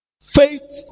Faith